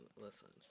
listen